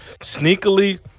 Sneakily